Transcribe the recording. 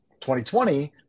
2020